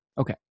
Okay